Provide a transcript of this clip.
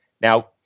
Now